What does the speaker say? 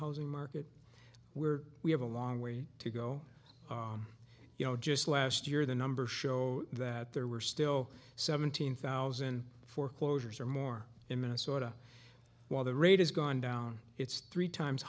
housing market where we have a long way to go you know just last year the numbers show that there were still seventeen thousand foreclosures or more in minnesota while the rate has gone down it's three times